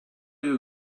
you